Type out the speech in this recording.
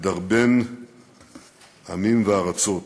מדרבן עמים וארצות.